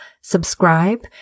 subscribe